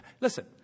Listen